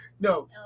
no